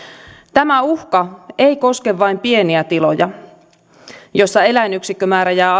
tämä uhka ei koske vain pieniä tiloja joissa eläinyksikkömäärä jää